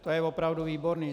To je opravdu výborné!